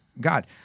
God